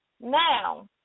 Now